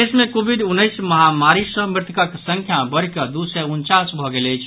प्रदेश मे कोविड उन्नैस महामारी सँ मृतकक संख्या बढ़िकऽ दू सय उनचास भऽ गेल अछि